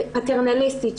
פטרנליסטית,